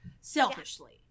selfishly